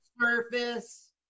surface